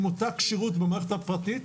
עם אותה כשירות במערכת הפרטית,